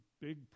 big